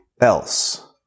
else